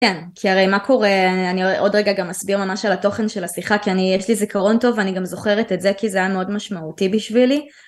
כן כי הרי מה קורה אני עוד רגע גם אסביר ממש על התוכן של השיחה כי אני יש לי זיכרון טוב ואני גם זוכרת את זה כי זה היה מאוד משמעותי בשבילי